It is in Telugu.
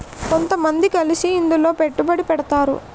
కొంతమంది కలిసి ఇందులో పెట్టుబడి పెడతారు